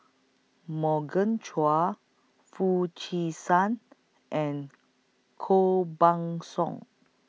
Morgan Chua Foo Chee San and Koh Buck Song